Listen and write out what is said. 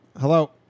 Hello